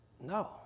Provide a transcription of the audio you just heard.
no